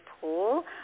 pool